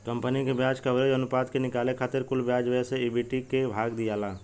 company के ब्याज coverage अनुपात के निकाले खातिर कुल ब्याज व्यय से ईबिट के भाग दियाला